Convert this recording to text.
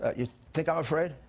ah you think i'm afraid?